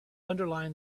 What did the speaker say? underline